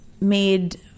made